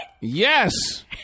Yes